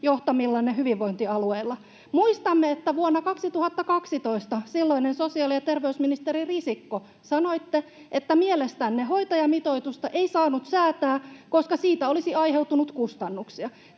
johtamillanne hyvinvointialueilla. Muistamme, että vuonna 2012 te, silloinen sosiaali‑ ja terveysministeri Risikko, sanoitte, että mielestänne hoitajamitoitusta ei saanut säätää, koska siitä olisi aiheutunut kustannuksia.